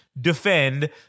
defend